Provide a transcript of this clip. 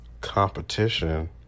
competition